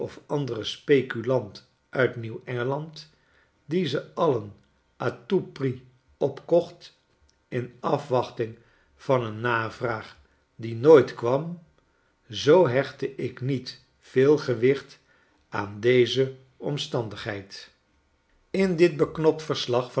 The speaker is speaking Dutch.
anderen speculant uit nieuw engeland die ze alien tout prix opkocht in afwachting van een navraag die nooit kwam zoo hechtte ik niet veel gewicht aan deze omstandigheid in dit beknopt verslag